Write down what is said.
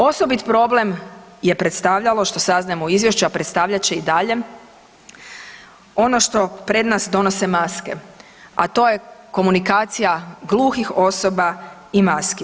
Osobit problem je predstavljalo što saznajemo u izvješću, a predstavljat će i dalje ono što pred nas donose maske, a to je komunikacija gluhih osoba i maski.